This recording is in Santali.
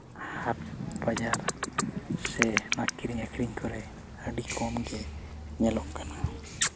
ᱦᱟᱴ ᱵᱟᱡᱟᱨ ᱥᱮ ᱟᱹᱠᱷᱨᱤᱧ ᱟᱹᱠᱷᱨᱤᱧ ᱠᱚᱨᱮᱜ ᱟᱹᱰᱤ ᱠᱚᱢᱜᱮ ᱧᱮᱞᱚᱜ ᱠᱟᱱᱟ